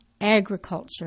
agriculture